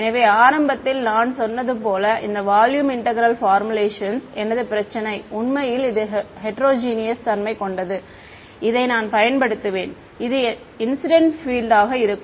எனவே ஆரம்பத்தில் நான் சொன்னது போல இந்த வால்யூம் இன்டெக்ரேல் பார்முலேக்ஷன்ஸ் எனது பிரச்சினை உண்மையில் இது ஹெட்ரோஜெனியஸ் தன்மைக் கொண்டது இதை நான் பயன்படுத்துவேன் இது இன்சிடென்ட் பீல்ட் ஆக இருக்கும்